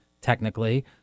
technically